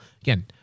Again